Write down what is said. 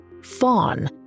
fawn